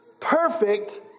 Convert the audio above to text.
perfect